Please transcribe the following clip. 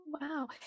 Wow